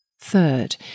Third